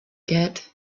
get